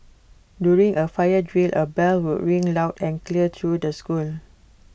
during A fire drill A bell would ring loud and clear through the school